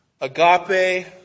Agape